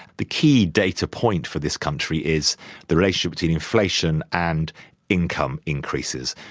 the key data point for this country is the relation between inflation and income increases.